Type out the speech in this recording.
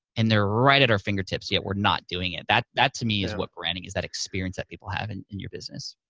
and they're right at our fingertips, yet we're not doing it. that that to me is what branding is, that experience that people have in in your business.